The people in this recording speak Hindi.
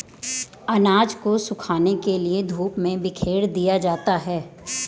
अनाज को सुखाने के लिए धूप में बिखेर दिया जाता है